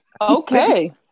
okay